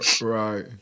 right